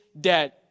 dead